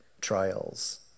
trials